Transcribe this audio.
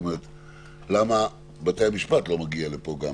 כלומר למה גם אישור הפגרות של בתי-המשפט לא מגיעים לפה.